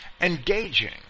Engaging